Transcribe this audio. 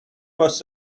was